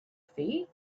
feet